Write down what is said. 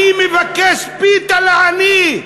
אני מבקש פיתה לעני.